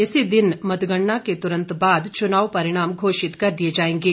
इसी दिन मतगणना के तुरंत बाद चुनाव परिणाम घोषित कर दिए जाएंगे